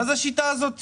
מה זה השיטה הזאת,